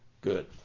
good